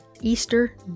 Easter